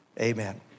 Amen